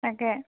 তাকে